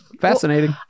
fascinating